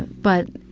but,